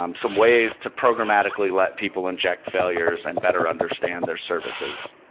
um some ways to programmatically let people inject failures and better understand their services.